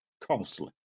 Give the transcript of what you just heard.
costly